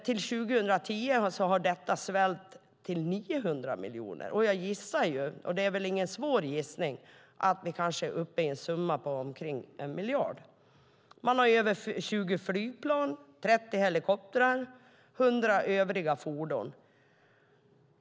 Till 2010 har den svällt till 900 miljoner. Jag gissar, och det är ingen svår gissning, att man kanske är uppe på en summa omkring 1 miljard nu. Man har över 20 flygplan, 30 helikoptrar och 100 övriga fordon.